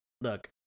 Look